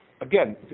Again